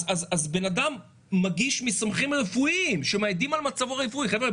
אז הוא מגיש מסמכים רפואיים שמעידים על מצבו הרפואי חבר'ה,